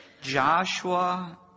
Joshua